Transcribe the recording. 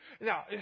Now